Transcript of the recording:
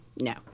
No